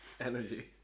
Energy